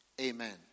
Amen